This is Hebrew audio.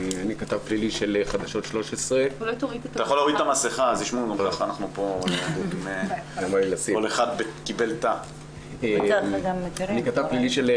אני כתב פלילי של חדשות 13. אני כתב פלילי כבר